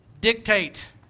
dictate